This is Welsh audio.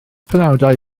penawdau